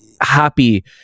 happy